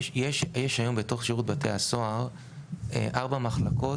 יש היום בתוך שירות בתי הסוהר ארבע מחלקות